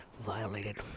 violated